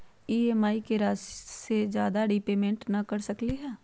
हम ई.एम.आई राशि से ज्यादा रीपेमेंट कहे न कर सकलि ह?